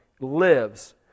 lives